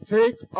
take